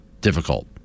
difficult